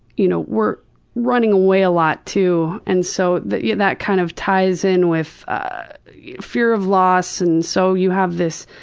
you know were running away a lot too and so that yeah that kind of ties in with fear of loss. and so you have this